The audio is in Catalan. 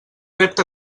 repte